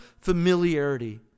familiarity